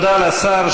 תודה לשר.